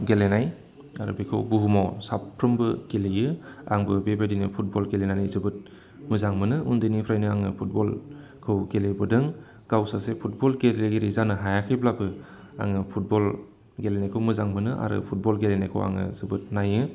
गेलेनाय आरो बेखौ बुहुमाव साफ्रोमबो गेलेयो आंबो बेबायदिनो फुटबल गेलेनानै जोबोद मोजां मोनो उन्दैनिफ्रायनो आङो फुटबलखौ गेलेबोदों गाव सासे फुटबल गेलेगिरि जानो हायाखैब्लाबो आङो फुटबल गेलेनायखौ मोजां मोनो आरो फुटबल गेलेनायखौ आङो जोबोद नायो